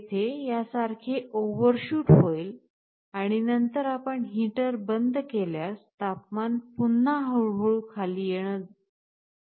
येथे या सारखे ओव्हरशूट होईल आणि नंतर आपण हीटर बंद केल्यास तापमान पुन्हा हळूहळू खाली जाणं सुरू होईल